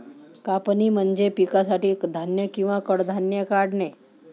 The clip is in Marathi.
कापणी म्हणजे पिकासाठी धान्य किंवा कडधान्ये काढणे